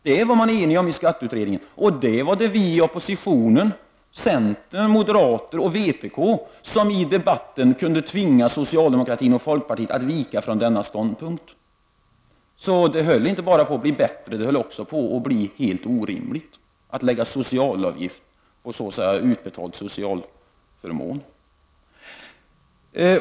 Det var vi och moderaterna i oppositionen som i debatten kunde tvinga socialdemokraterna och folkpartiet att vika från denna ståndpunkt. Det höll alltså på att inte bli bättre, utan vi höll på att få en helt orimlig ordning, där en socialavgift skulle uttas på en social förmån.